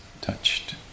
touched